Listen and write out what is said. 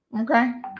Okay